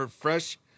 fresh